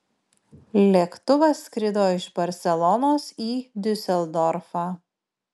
lėktuvas skrido iš barselonos į diuseldorfą